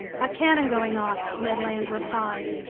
a cannon going off, ned land replied.